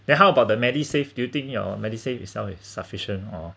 then how about the medisave do you think your medisave is self sufficient or